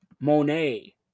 Monet